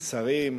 השרים,